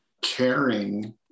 caring